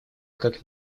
как